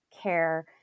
care